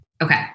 Okay